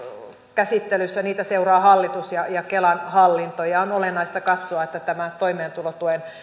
käsittelyssä niitä seuraavat hallitus ja ja kelan hallinto ja on olennaista katsoa että tämä toimeentulotuen